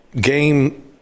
game